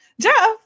Jeff